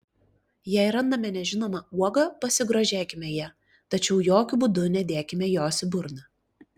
jei randame nežinomą uogą pasigrožėkime ja tačiau jokiu būdu nedėkime jos į burną